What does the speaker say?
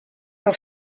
del